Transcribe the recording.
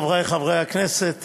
חברי חברי הכנסת,